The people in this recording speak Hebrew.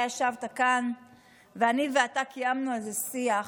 אתה ישבת כאן ואני ואתה קיימנו על זה שיח,